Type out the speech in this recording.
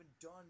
done